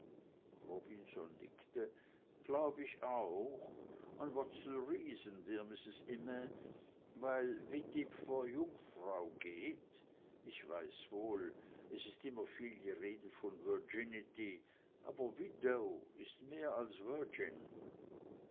robinson nickte glaub ich auch and what's the reason dear mistress imme weil witib vor jungfrau geht ich weiß wohl es ist immer viel die rede von virginity aber widow ist mehr als